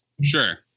Sure